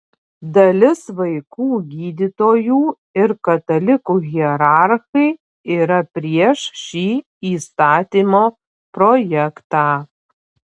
dalis vaikų gydytojų ir katalikų hierarchai yra prieš šį įstatymo projektą